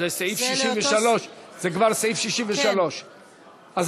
זה כבר סעיף 63. אז